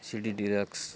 C D deluxe